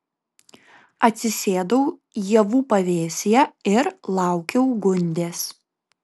atsisėdau ievų pavėsyje ir laukiau gundės